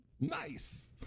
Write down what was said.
Nice